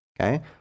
Okay